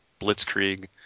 Blitzkrieg